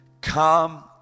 come